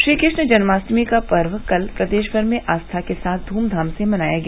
श्रीकृश्ण जन्माश्टमी का पर्व कल प्रदेष भर में आस्था के साथ ध्रमधाम से मनाया गया